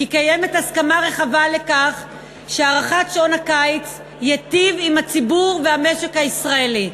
קיימת הסכמה רחבה שהארכת שעון הקיץ תיטיב עם הציבור והמשק הישראלי.